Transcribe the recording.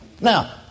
Now